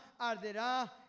arderá